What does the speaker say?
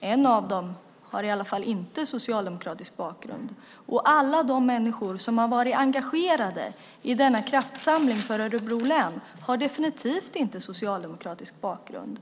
En av dem har i alla fall inte socialdemokratisk bakgrund, och alla de människor som har varit engagerade i denna kraftsamling för Örebro län har definitivt inte socialdemokratisk bakgrund.